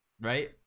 Right